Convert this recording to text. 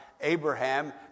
Abraham